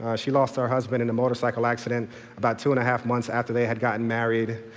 she lost her husband in a motorcycle accident about two and a half months after they had gotten married.